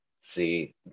see